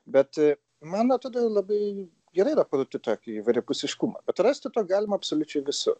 bet man atrodo labai gerai yra parodyti tokį įvairiapusiškumą atrasti tą galima absoliučiai visur